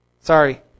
Sorry